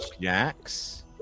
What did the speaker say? Jax